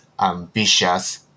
Ambitious